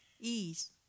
ease